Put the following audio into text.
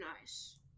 nice